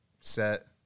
set